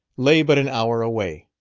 lay but an hour away.